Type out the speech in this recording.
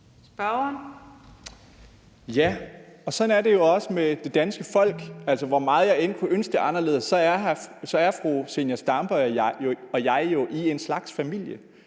sådan er det også med det danske folk. Hvor meget jeg end kunne ønske det anderledes, er fru Zenia Stampe og jeg jo i en slags familie.